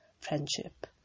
friendship